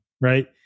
Right